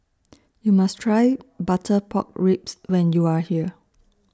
YOU must Try Butter Pork Ribs when YOU Are here